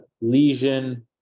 lesion